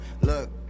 Look